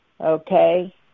okay